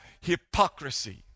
hypocrisy